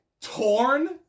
Torn